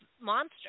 monster